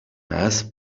mass